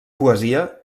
poesia